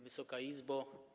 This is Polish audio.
Wysoka Izbo!